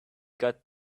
got